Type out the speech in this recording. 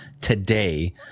today